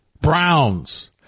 Browns